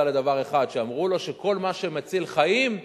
לדבר אחד: אמרו לו שכל מה שמציל חיים,